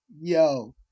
Yo